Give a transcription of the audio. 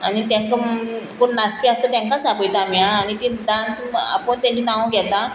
आनी तेंका कोण नाचपी आसता तेंकांच आपयता आमी आनी तीं डांस आपोवन तेंचीं नांवां घेता